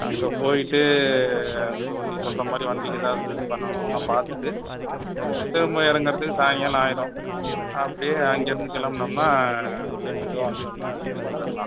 அங்கே போய்ட்டு அங்கிட்டு ஒன் நீ சொல்கிற மாதிரி வண்டிக்கு எதாவது இது பண்ணனும்லாம் பார்த்துட்டு திரும்ப இறங்குறத்துக்கு சாய்ங்காலம் ஆகிரும் அப்படியே அங்கேயிருந்து கிளம்புனோம்னா அப்படியே மெதுவாக வந்தோம்னா வீட்டுக்கு வந்திரலாம்